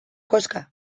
koxka